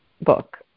book